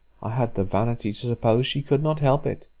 i had the vanity to suppose she could not help it.